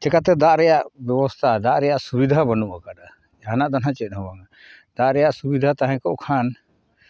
ᱪᱤᱠᱟᱛᱮ ᱫᱟᱜ ᱨᱮᱭᱟᱜ ᱵᱮᱵᱚᱥᱛᱷᱟ ᱫᱟᱜ ᱨᱮᱭᱟᱜ ᱥᱩᱵᱤᱫᱷᱟ ᱵᱟᱹᱱᱩᱜ ᱠᱟᱫᱟ ᱡᱟᱦᱟᱱᱟᱜ ᱫᱚ ᱱᱟᱦᱟᱸᱜ ᱪᱮᱫ ᱦᱚᱸ ᱵᱟᱝ ᱫᱟᱜ ᱨᱮᱭᱟᱜ ᱥᱩᱵᱤᱫᱷᱟ ᱛᱟᱦᱮᱸ ᱠᱚᱜ ᱠᱷᱟᱱ